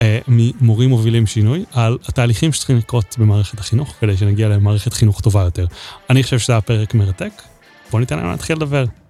ממורים מובילים שינוי על התהליכים שצריכים לקרות במערכת החינוך כדי שנגיע למערכת חינוך טובה יותר. אני חושב שזה היה פרק מרתק, בואו ניתן להם להתחיל לדבר.